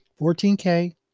14K